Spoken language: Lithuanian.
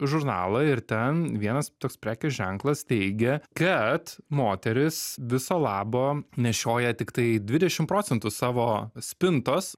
žurnalą ir ten vienas toks prekės ženklas teigia kad moteris viso labo nešioja tiktai dvidešim procentų savo spintos